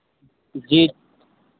जी